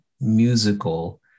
musical